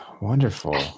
wonderful